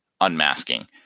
unmasking